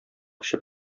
эчеп